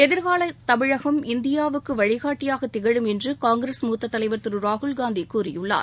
எதிர்கால தமிழகம் இந்தியாவுக்கு வழிகாட்டியாக திகழும் என்று காங்கிரஸ் மூத்தத் தலைவர் திரு ராகுல்காந்தி கூறியுள்ளார்